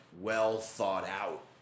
well-thought-out